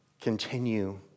continue